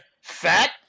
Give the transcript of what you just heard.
Fat